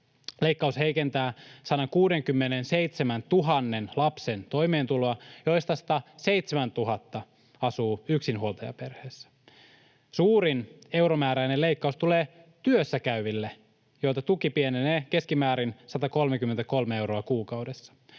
Leikkaus heikentää 167 000 lapsen toimeentuloa, joista 107 000 asuu yksinhuoltajaperheessä. Suurin euromääräinen leikkaus tulee työssäkäyville, joilta tuki pienenee keskimäärin 133 euroa kuukaudessa.